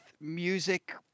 music